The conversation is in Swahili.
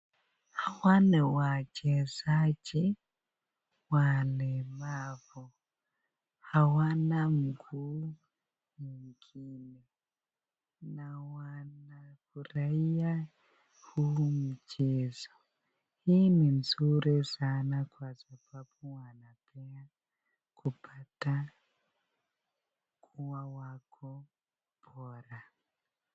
Hawa ni wachezaji walemavu, hawana mguu mwengine na wanafurahia huu mchezo, huu ni mzuri sana kwasababu wanapea kupata wako bora.